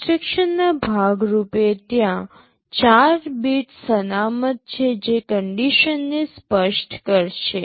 ઇન્સટ્રક્શનના ભાગ રૂપે ત્યાં ૪ બિટ્સ અનામત છે જે કન્ડિશનને સ્પષ્ટ કરશે